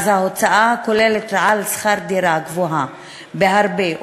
ואז ההוצאה הכוללת על שכר דירה גבוהה בהרבה,